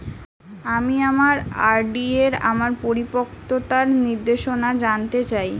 আমি আমার আর.ডি এর আমার পরিপক্কতার নির্দেশনা জানতে চাই